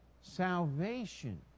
Salvation